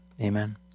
Amen